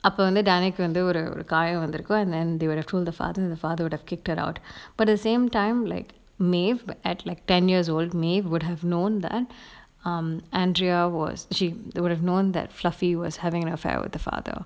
அப்ப வந்து:appa vanthu danny கு வந்து ஒரு ஒரு காயம் வந்திருக்கும்:ku vanthu oru oru kayam vanthirukkum and then they would have told the father and the father would have kicked her out but at the same time like maeve at like ten years old maeve would have known then um andrea was she that would have known that fluffy was having an affair with the father